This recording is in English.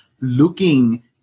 looking